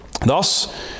Thus